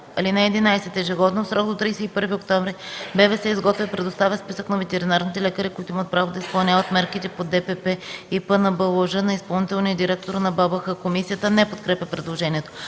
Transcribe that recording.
11: „(11) Ежегодно в срок до 31 октомври БВС изготвя и предоставя списък на ветеринарните лекари, които имат право да изпълняват мерките по ДПП и ПНБЛЖ, на изпълнителния директор на БАБХ.” Комисията не подкрепя предложението.